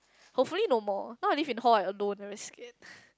hopefully no more now I live in hall I alone I very scared